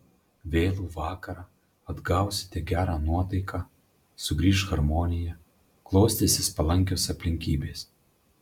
vėlų vakarą atgausite gerą nuotaiką sugrįš harmonija klostysis palankios aplinkybės